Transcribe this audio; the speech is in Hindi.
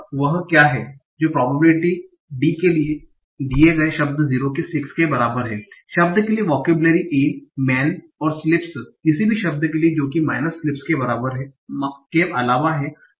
वह क्या है जो प्रोबेबिलिटी D दिये गये शब्द 06 के बराबर है शब्द के लिए वोकेबलरी a मेन और स्लिप्स किसी भी शब्द के लिए जो कि माइनस sleeps के अलावा है